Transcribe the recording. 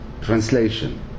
translation